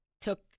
took